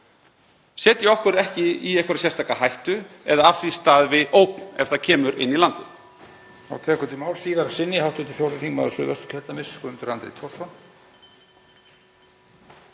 setji okkur ekki í einhverja sérstaka hættu eða að af því stafi ógn ef það kemur inn í landið.